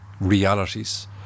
realities